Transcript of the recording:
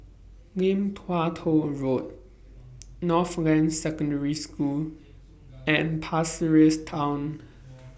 Lim Tua Tow Road Northland Secondary School and Pasir Ris Town